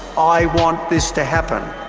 i want this to happen.